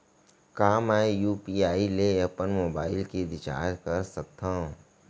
का मैं यू.पी.आई ले अपन मोबाइल के रिचार्ज कर सकथव?